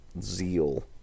zeal